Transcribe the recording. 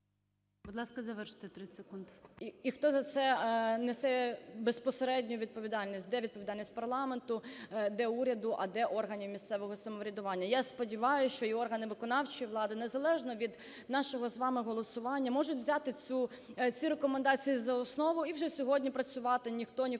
і хто за це несе безпосередню відповідальність: де відповідальність парламенту, де уряду, а де органів місцевого самоврядування. Я сподіваюсь, що і органи виконавчої влади, незалежно від нашого з вами голосування, можуть взяти ці рекомендації за основу і вже сьогодні працювати. Ніхто нікому не заважає